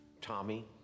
Tommy